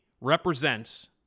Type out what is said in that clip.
represents